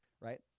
Right